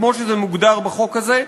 כמו שזה מוגדר בחוק הזה,